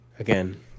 Again